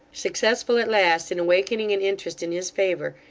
successful, at last, in awakening an interest in his favour,